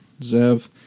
Zev